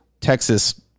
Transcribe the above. Texas